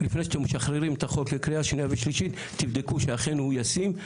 לפני שאתם משחררים את החוק לקריאה שניה ושלישית תבדקו שאכן הוא ישים.